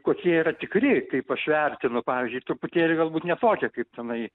kokie yra tikri kaip aš vertinu pavyzdžiui truputėlį galbūt ne tokie kaip tenai